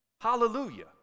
Hallelujah